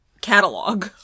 catalog